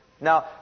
Now